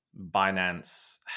Binance